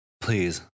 please